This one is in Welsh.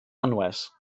anwes